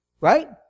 Right